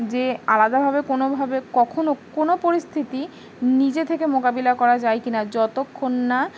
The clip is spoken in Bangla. যে আলাদাভাবে কোনোভাবে কখনো কোনো পরিস্থিতি নিজে থেকে মোকাবিলা করা যায় কি না যতক্ষণ না